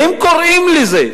והם קוראים לזה,